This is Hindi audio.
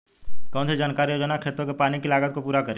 कौन सी सरकारी योजना खेतों के पानी की लागत को पूरा करेगी?